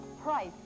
Price